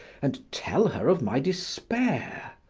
and tell her of my despair.